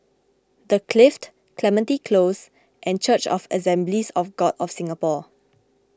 the Clift Clementi Close and Church of Assemblies of God of Singapore